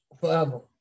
Forever